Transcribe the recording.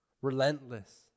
relentless